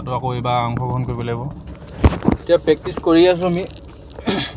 তাতো আকৌ এইবাৰ অংশগ্ৰহণ কৰিব লাগিব এতিয়া প্ৰেক্টিছ কৰি আছো আমি